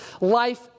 life